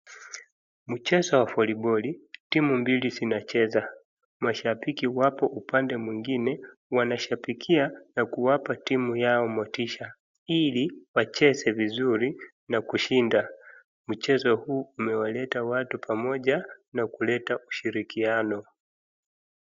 Mchezo wa voliboli. Timu mbili zinacheza. Mashabiki wapo upande mwingine wanashabikia na kuwapa timu ya motisha ili wacheze vizuri na kushinda .Mchezo huu umewaleta watu pamoja na kuleta ushirikiano.